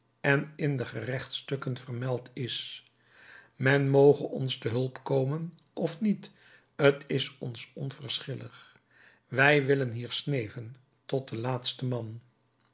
en in de gerechtsstukken vermeld is men moge ons te hulp komen of niet t is ons onverschillig wij willen hier sneven tot den laatsten man